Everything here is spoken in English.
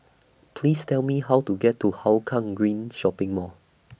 Please Tell Me How to get to Hougang Green Shopping Mall